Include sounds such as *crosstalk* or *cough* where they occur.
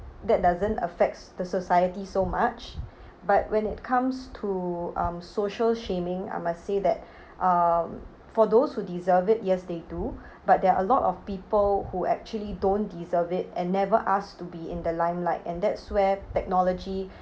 that doesn't affects the society so much but when it comes to um social shaming I must say that *breath* um for those who deserve it yes they do but there are a lot of people who actually don't deserve it and never asked to be in the limelight and that's where technology